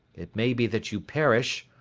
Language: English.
it may be that you perish,